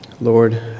Lord